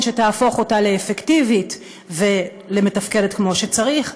שיהפוך אותה לאפקטיבית ולמתפקדת כמו שצריך.